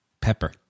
Pepper